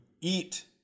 eat